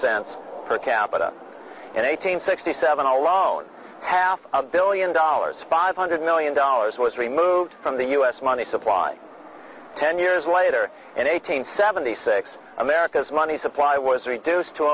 cents per capita and eight hundred sixty seven alone half a billion dollars five hundred million dollars was removed from the us money supply ten years later and eight hundred seventy six america's money supply was reduced to